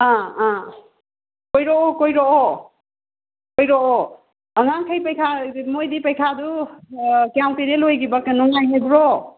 ꯑꯥ ꯑꯥ ꯀꯣꯏꯔꯛꯑꯣ ꯀꯣꯏꯔꯛꯑꯣ ꯀꯣꯏꯔꯛꯑꯣ ꯑꯉꯥꯡꯈꯩ ꯄꯩꯈꯥ ꯃꯣꯏꯗꯤ ꯄꯩꯈꯥꯗꯨ ꯀꯌꯥꯝ ꯀꯨꯏꯔꯦ ꯂꯣꯏꯈꯤꯕ ꯀꯩꯅꯣ ꯅꯨꯡꯉꯥꯏ ꯍꯥꯏꯕ꯭ꯔꯣ